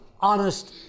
honest